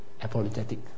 apologetic